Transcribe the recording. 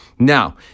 Now